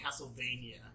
Castlevania